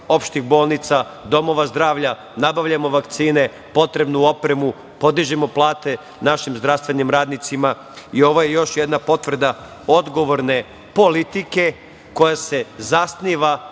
opštih bolnica, domova zdravlja, nabavljamo vakcine, potrebnu opremu, podižemo plate našim zdravstvenim radnicima. Ovo je još jedna potvrda odgovorne politike koja se zasniva